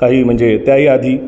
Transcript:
काही म्हणजे त्याही आधी